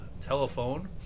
telephone